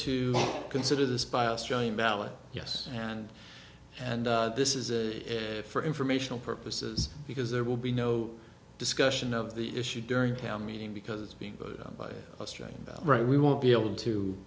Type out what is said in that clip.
to consider this by australian ballot yes and and this is it for informational purposes because there will be no discussion of the issue during town meeting because it's being voted on by a striking about right we won't be able